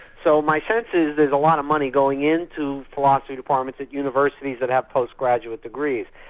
so my sense is there's a lot of money going in to philosophy departments at universities that have postgraduate degrees.